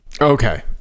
Okay